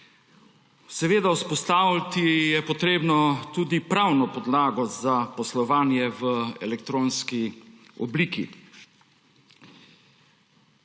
Vzpostaviti je potrebno tudi pravno podlago za poslovanje v elektronski obliki.